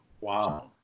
Wow